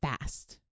fast